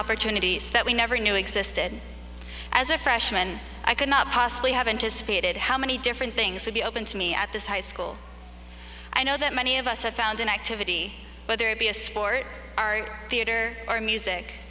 opportunities that we never knew existed as a freshman i could not possibly have anticipated how many different things would be open to me at this high school i know that many of us have found an activity whether it be a sport art theater or music